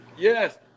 Yes